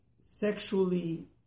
sexually